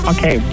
Okay